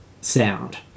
sound